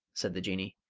said the jinnee.